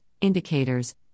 indicators